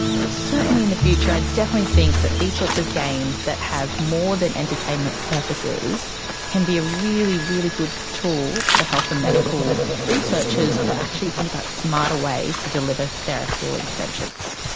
but certainly in the future i definitely think that these sorts of games that have more than entertainment purposes can be a really, really good tool for health and medical researchers to actually think about smarter ways to deliver therapy or interventions.